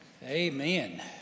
Amen